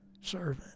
servant